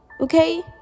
okay